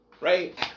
Right